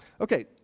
Okay